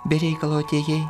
be reikalo atėjai